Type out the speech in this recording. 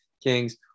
Kings